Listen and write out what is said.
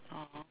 oh